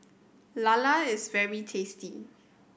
lala is very tasty